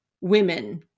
women